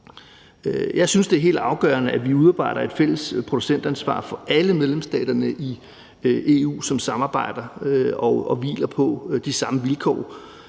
Jeg synes, det er helt afgørende, at vi udarbejder et fælles producentansvar for alle medlemsstaterne i EU, som samarbejder, og at det hviler på de samme vilkår,